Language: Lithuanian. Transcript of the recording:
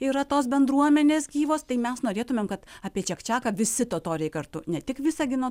yra tos bendruomenės gyvos tai mes norėtumėm kad apie čiakčiaką visi totoriai kartu ne tik visagino